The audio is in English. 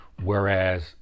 Whereas